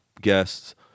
guests